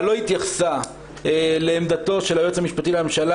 אבל לא התייחסה לעמדתו של היועץ המשפטי לממשלה